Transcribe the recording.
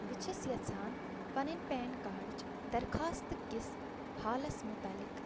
بہٕ چھیٚس یَژھان پنٕنۍ پین کارڈٕچ درخوٛاستکِس حالس متعلق